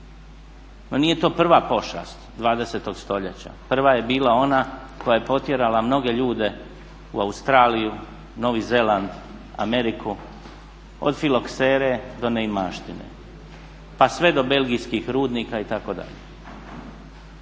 No nije to prva pošast 20. stoljeća, prva je bila ona koja je potjerala mnoge ljude u Australiju, Novi Zeland, Ameriku, od filoksere do neimaštine, pa sve do belgijskih rudnika itd.